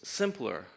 simpler